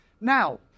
now